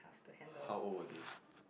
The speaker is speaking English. how old were they